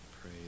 Pray